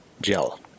gel